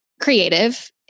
creative